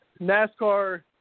NASCAR